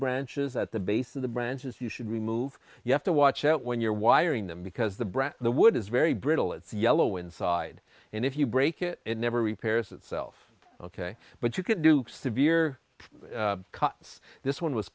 branches at the base of the branches you should remove you have to watch out when you're wiring them because the brass the wood is very brittle it's yellow inside and if you break it it never repairs itself ok but you can do severe cuts this one was